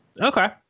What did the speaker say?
Okay